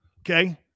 Okay